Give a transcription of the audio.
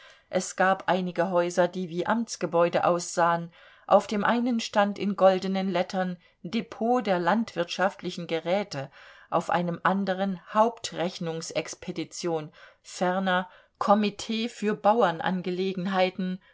es gab einige häuser die wie amtsgebäude aussahen auf dem einen stand in goldenen lettern depot der landwirtschaftlichen geräte auf einem anderen hauptrechnungsexpedition ferner komitee für